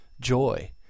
joy